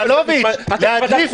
סגלוביץ, להדליף